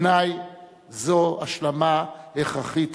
בעיני זו השלמה הכרחית,